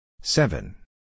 Seven